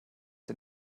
den